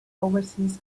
overseas